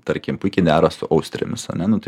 tarkim puikiai dera su austrėmis ar ne nu tai